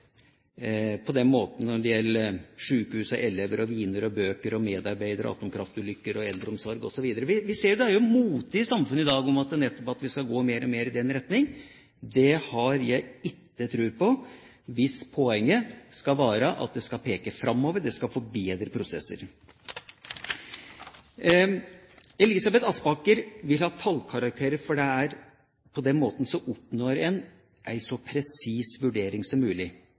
elever, viner, bøker, medarbeidere, atomkraftulykker, eldreomsorg osv. på denne måten. Det er en mote i samfunnet i dag at vi skal gå mer og mer i den retning. Det har jeg ikke tro på hvis poenget skal være at det skal peke framover, at det skal forbedre prosesser. Elisabeth Aspaker vil ha tallkarakterer, for på den måten oppnår man en så presis vurdering som mulig.